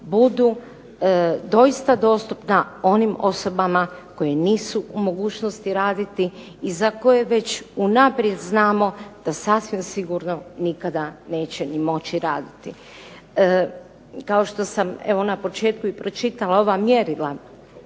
budu doista dostupna onim osobama koji nisu u mogućnosti raditi i za koje već unaprijed znamo da sasvim sigurno nikada neće ni moći raditi. Kao što sam evo na početku i pročitala ova mjerila